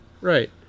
Right